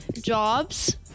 jobs